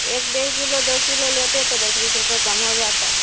ایک ڈیرھ کلو دو کلو لیتے تو دس بیس روپے کم ہو جاتا